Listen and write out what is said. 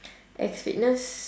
X fitness